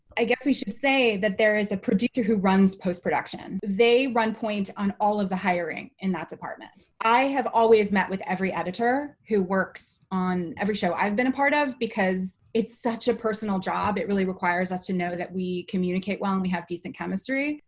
i guess we should say that there is a producer who runs post-production. they run point on all of the hiring in that department. i have always met with every editor who works on every show i've been a part of because it's such a personal job. it really requires us to know that we communicate well and we have decent chemistry.